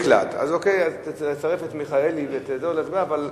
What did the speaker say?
המשיב הראשון על השאילתות, יעלה לדוכן.